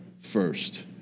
first